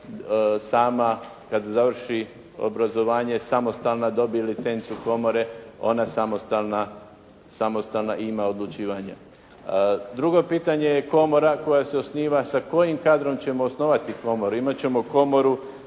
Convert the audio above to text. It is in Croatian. kada dovrši obrazovanje samostalna, dobije licencu komore, ona samostalna i ima odlučivanje. Drugo pitanje je komora koja se osniva, sa kojim kadrom ćemo osnovati komoru.